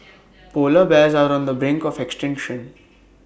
Polar Bears are on the brink of extinction